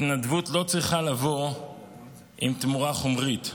התנדבות לא צריכה לבוא עם תמורה חומרית,